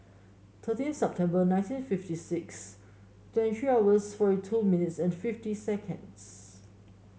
thirteen September nineteen fifty six twenty three hours forty two minutes and fifty seconds